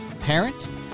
parent